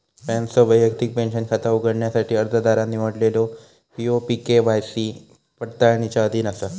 पॅनसह वैयक्तिक पेंशन खाता उघडण्यासाठी अर्जदारान निवडलेलो पी.ओ.पी के.वाय.सी पडताळणीच्या अधीन असा